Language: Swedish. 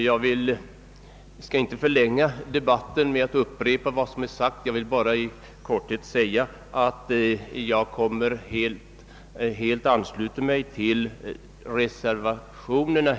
Jag skall nu inte förlänga debatten genom att upprepa vad de sagt utan ansluter mig helt till reservationerna.